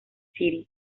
city